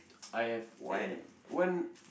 I have one one